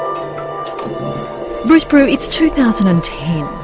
um bruce brew, it's two thousand and ten,